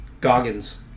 Goggins